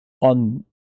on